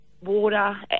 water